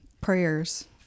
prayers